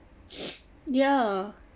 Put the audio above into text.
ya